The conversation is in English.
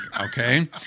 okay